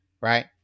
right